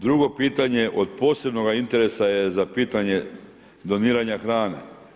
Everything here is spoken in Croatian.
Drugo pitanje od posebnog interesa je pitanje doniranja hrane.